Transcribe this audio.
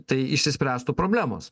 tai išsispręstų problemos